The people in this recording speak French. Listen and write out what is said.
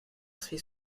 fait